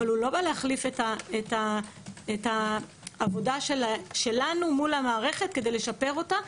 אבל הוא לא בא להחליף את העבודה שלנו מול המערכת כדי לשפר אותה,